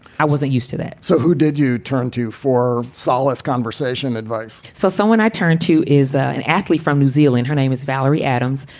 i wasn't used to that so who did you turn to for solace, conversation, advice? so someone i turned to is an athlete from new zealand. her name is valerie adams.